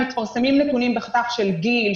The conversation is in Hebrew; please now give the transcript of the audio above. מתפרסמים נתונים בחתך של גיל,